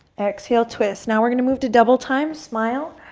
exhale, twist. now we're going to move to double time. smile.